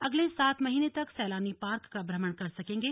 अगले सात महीने तक सैलानी पार्क का भ्रमण कर सकेंगे